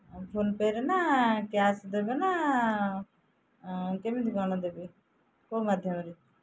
ଫୋନ୍ପେ'ରେ ନା କ୍ୟାସ୍ ଦେବି ନା କେମିତି କ'ଣ ଦେବି କେଉଁ ମାଧ୍ୟମରେ